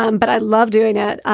um but i love doing it.